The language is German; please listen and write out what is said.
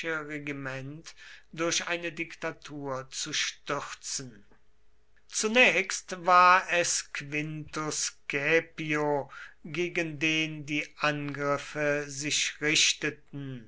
regiment durch eine diktatur zu stürzen zunächst war es quintus caepio gegen den die angriffe sich richteten